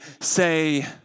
say